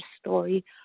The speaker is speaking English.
story